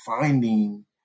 finding